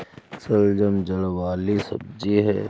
शलजम जड़ वाली सब्जी है